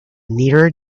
nearer